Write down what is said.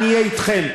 אני אהיה אתכם.